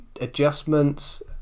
adjustments